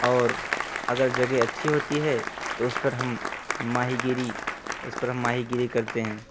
اور اگر جگہ اچھی ہوتی ہے تو اس پر ہم ماہی گیری اس پر ہم ماہی گیری کرتے ہیں